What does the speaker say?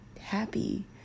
happy